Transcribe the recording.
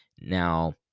Now